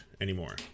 anymore